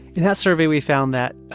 in that survey, we found that